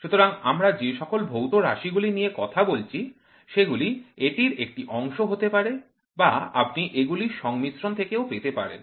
সুতরাং আমরা যে সকল ভৌত রাশি গুলি নিয়ে কথা বলছি সেগুলি এটির একটি অংশ হতে পারে বা আপনি এগুলির সংমিশ্রণ থেকেও পেতে পারেন